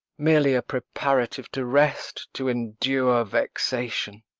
merely a preparative to rest, to endure vexation.